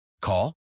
Call